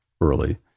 early